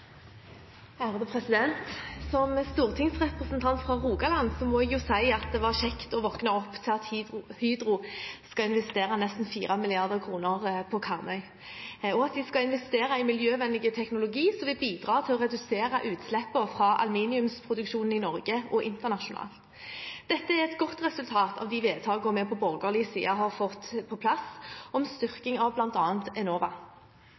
Rogaland må jeg si at det var kjekt å våkne opp til at Hydro skal investere nesten 4 mrd. kr på Karmøy, og at de skal investere i miljøvennlig teknologi som vil bidra til å redusere utslippene fra aluminiumsproduksjon i Norge og internasjonalt. Dette er et godt resultat av de vedtakene vi på borgerlig side har fått på plass, om styrking av bl.a. Enova.